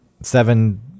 seven